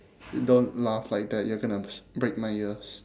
don't laugh like that you're gonna b~ break my ears